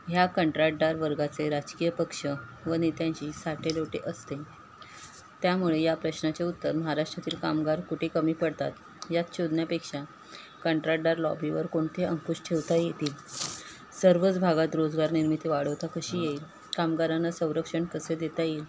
ह्या कंत्राटदार वर्गाचे राजकीय पक्ष व नेत्यांशी साटेलोटे असते त्यामुळे या प्रश्नाचे उत्तर महाराष्ट्रातील कामगार कुठे कमी पडतात यात शोधण्यापेक्षा कंत्राटदार लॉबीवर कोणते अंकुश ठेवता येतील सर्वच भागात रोजगार निर्मिती वाढवता कशी येईल कामगारांना संरक्षण कसे देता येईल